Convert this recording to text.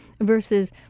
versus